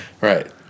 right